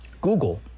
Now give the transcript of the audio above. Google